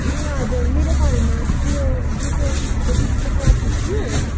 ए हजुर मेरो घरमा उयो मेरो उयसको दिदीको बिहा थियो कि